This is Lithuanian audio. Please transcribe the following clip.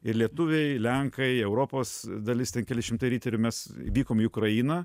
ir lietuviai lenkai europos dalis ten keli šimtai riterių mes vykom į ukrainą